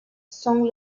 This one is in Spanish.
son